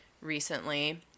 recently